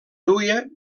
duia